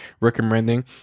recommending